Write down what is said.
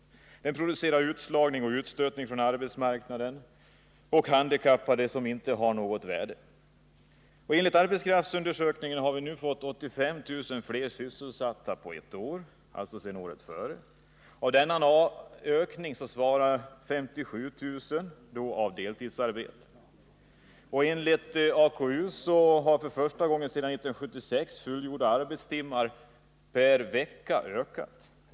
Systemet producerar utslagning och utstötning från arbetsmarknaden och handikappade som inte har något värde på arbetsmarknaden. Enligt arbetskraftsundersökningarna har vi under en tid av ett år fått 85 000 fler sysselsatta än tidigare. Av denna ökning svarar deltidsarbetena för 57 000. Enligt AKU har för första gången sedan 1976 antalet fullgjorda arbetstimmar per vecka ökat.